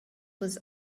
was